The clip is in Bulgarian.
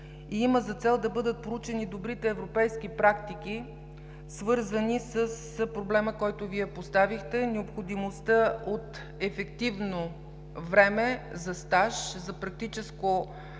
има за цел да бъдат проучени добрите европейски практики, свързани с проблема, който Вие поставихте – необходимостта от ефективно време за стаж, за добиване